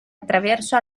attraverso